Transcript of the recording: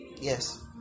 yes